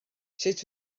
sut